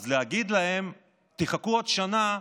אז להגיד להם: תחכו עוד שנה,